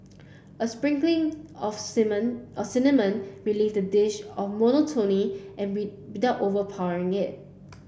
a sprinkling of a cinnamon relieves the dish of monotony without overpowering it